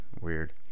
weird